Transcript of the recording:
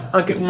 Anche